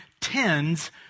tends